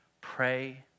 Pray